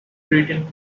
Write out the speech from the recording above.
written